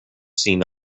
seen